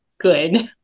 good